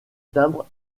timbres